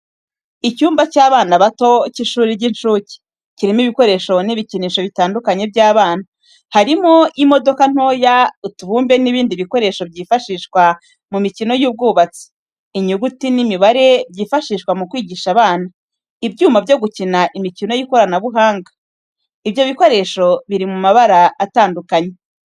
Icyumba cy’abana bato cy’ishuri ry’incuke, kirimo ibikoresho n'ibikinisho bitandukanye by'abana, harimo: imodoka ntoya, utubumbe n’ibindi bikoresho byifashishwa mu mikino y’ubwubatsi, inyuguti n’imibare byifashishwa mu kwigisha abana, ibyuma byo gukina imikino y'ikoranabuhanga. Ibyo bikoresho biri mubara atandukanye.